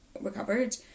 recovered